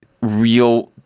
real –